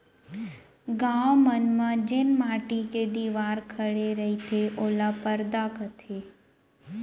गॉंव मन म जेन माटी के दिवार खड़े रईथे ओला परदा कथें